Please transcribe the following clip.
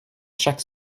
chaque